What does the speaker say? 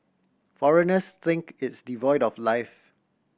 foreigners think it's devoid of life